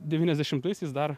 devyniasdešimtaisiais dar